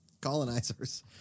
Colonizers